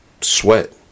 sweat